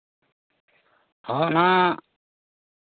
ᱦᱚᱸᱼᱚᱱᱟ